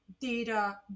data